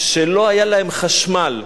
שלא היה להם חשמל.